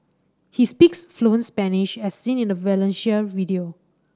he speaks fluent Spanish as seen in a Valencia video